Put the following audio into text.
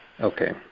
Okay